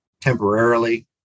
temporarily